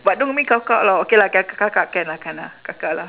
but don't be kakak lah okay lah kakak can lah can lah kakak lah